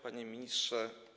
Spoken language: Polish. Panie Ministrze!